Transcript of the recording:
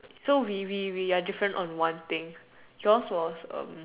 so we we we are different on one thing yours was um